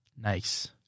nice